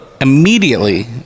immediately